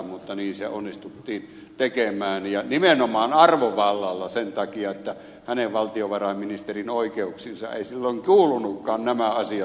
mutta niin se onnistuttiin tekemään ja nimenomaan arvovallalla sen takia että hänen valtiovarainministerin oikeuksiinsa eivät silloin kuuluneetkaan nämä asiat